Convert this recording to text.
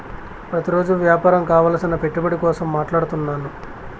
ప్రతిరోజు వ్యాపారం కావలసిన పెట్టుబడి కోసం మాట్లాడుతున్నాను